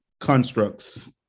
constructs